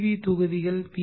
we தொகுதிகள் B